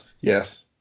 yes